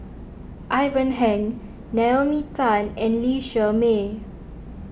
Ivan Heng Naomi Tan and Lee Shermay